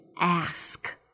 ask